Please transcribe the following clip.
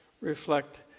reflect